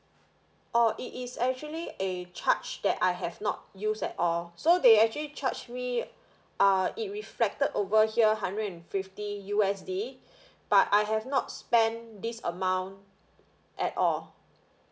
oh it is actually a charge that I have not use at all so they actually charge me uh it reflected over here hundred and fifty U_S_D but I have not spend this amount at all